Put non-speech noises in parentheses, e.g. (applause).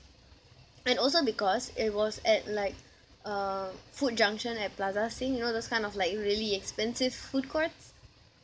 (breath) and also because it was at like uh food junction at plaza sing you know those kind of like really expensive food courts